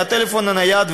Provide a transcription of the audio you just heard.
מהטלפון הנייד,